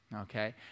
okay